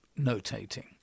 notating